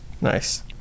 Nice